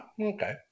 okay